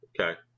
Okay